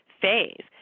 phase